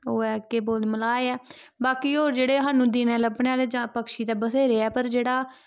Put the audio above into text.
ओह् ऐ केह् बोलदे मलाह् ऐ बाकि और जेह्ड़े स्हाााानू दिनै लब्बने आह्ले जा पक्षी तै बथ्हेरे ऐ पर जेह्ड़ा